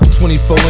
24